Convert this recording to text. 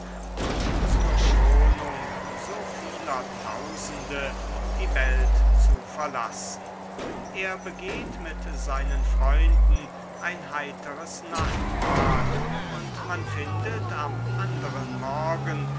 und zur schonung so vieler tausende die welt zu verlassen er begeht mit seinen freunden ein heiteres nachtmahl und man findet am anderen morgen